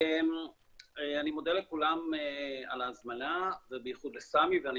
אני מודה לכולם על ההזמנה ובייחוד לסמי ואני